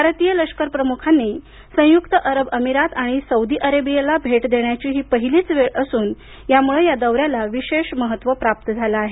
भारतीय लष्कर प्रमुखांनी संयुक्त अरब अमिरात आणि सौदी अरेबियाला भेट देण्याची ही पहिलीच वेळ असून त्यामुळे या दौऱ्याला विशेष महत्त्व प्राप्त झालं आहे